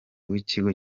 w’ikigo